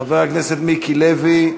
חבר הכנסת מיקי לוי,